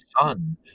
son